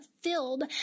filled